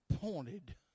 pointed